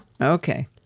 Okay